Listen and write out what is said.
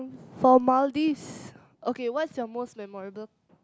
for Maldives okay what's your most memorable